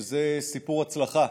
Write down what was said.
שזה סיפור הצלחה